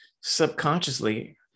subconsciously